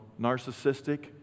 narcissistic